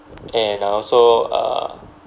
and uh also err